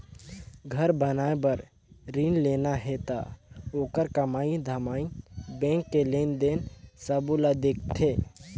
घर बनाए बर रिन लेना हे त ओखर कमई धमई बैंक के लेन देन सबो ल देखथें